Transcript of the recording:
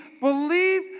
Believe